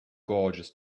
gorgeous